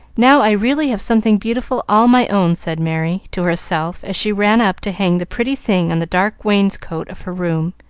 now, i really have something beautiful all my own, said merry to herself as she ran up to hang the pretty thing on the dark wainscot of her room,